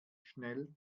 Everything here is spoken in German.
schnell